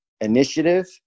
initiative